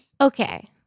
Okay